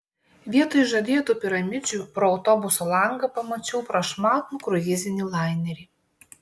vietoj žadėtų piramidžių pro autobuso langą pamačiau prašmatnų kruizinį lainerį